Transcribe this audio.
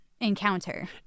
encounter